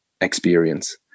experience